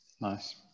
nice